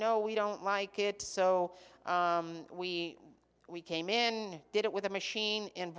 no we don't like it so we we came in did it with the machine and